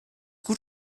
gut